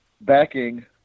backing